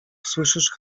słyszysz